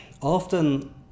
often